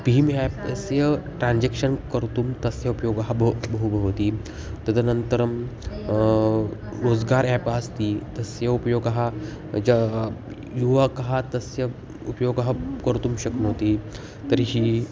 भीम् app अस्य transaction कर्तुं तस्य उप्योगः बो बहु भवति तदनन्तरं रोस्गार् याप् अस्ति तस्य उपयोगः ज युवकः तस्य उपयोगः कर्तुं शक्नोति तर्हि